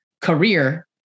career